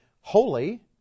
holy